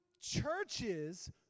churches